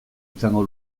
izango